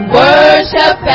worship